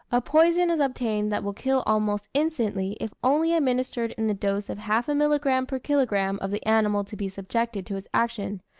a poison is obtained that will kill almost instantly if only administered in the dose of half a milligramme per kilogramme of the animal to be subjected to its action,